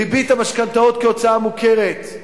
ריבית המשכנתאות, כהוצאה מוכרת,